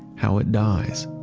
how it dies.